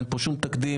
אין פה שום תקדים,